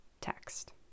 text